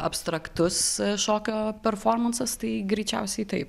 abstraktus šokio performansas tai greičiausiai taip